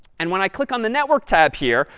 and when i click on the network tab here,